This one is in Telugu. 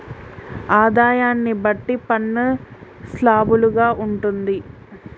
ఆదాయాన్ని బట్టి పన్ను స్లాబులు గా ఉంటుంది